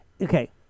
okay